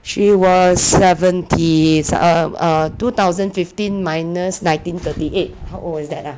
she was seventy err err two thousand fifteen minus nineteen thirty eight how old is that ah